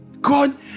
God